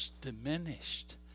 diminished